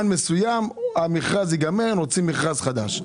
מסוים המכרז ייגמר והם יוציאו מכרז חדש,